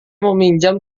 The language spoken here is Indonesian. meminjam